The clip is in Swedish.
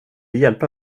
hjälpa